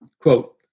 Quote